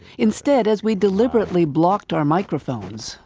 instead, as we deliberately blocked our microphones,